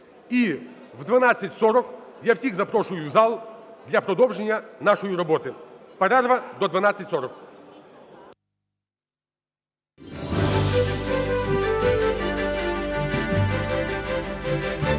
І о 12:40 я всіх запрошую в зал для продовження нашої роботи. Перерва до 12:40.